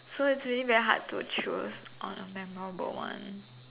so it's really very hard to choose on a memorable one